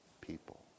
people